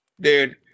Dude